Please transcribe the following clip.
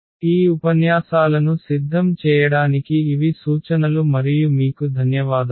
ఈ ఉపన్యాసాలను సిద్ధం చేయడానికి ఇవి సూచనలు మరియు మీకు ధన్యవాదాలు